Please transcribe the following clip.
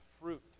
fruit